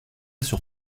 sur